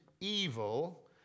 evil